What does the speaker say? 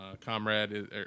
Comrade